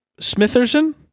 smitherson